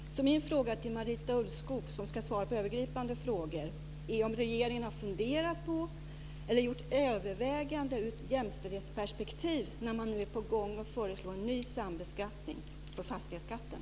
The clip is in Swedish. Min fråga till Marita Ulvskog, som ska svara på övergripande frågor, är om regeringen har funderat på eller gjort överväganden ur ett jämställdhetsperspektiv när den nu är på gång att föreslå en ny sambeskattning för fastighetsskatten.